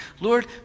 Lord